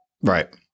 Right